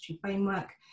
framework